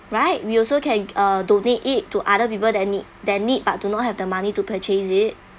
right we also can uh donate it to other people that need that need but do not have the money to purchase it